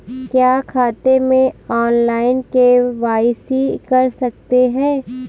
क्या खाते में ऑनलाइन के.वाई.सी कर सकते हैं?